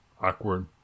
awkward